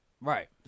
Right